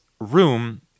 room